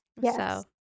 yes